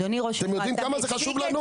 אתם יודעים כמה זה חשוב לנו?